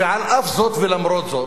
ועל אף זאת ולמרות זאת,